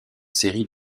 série